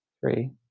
three